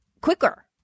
quicker